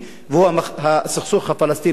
והוא הסכסוך הפלסטיני הישראלי.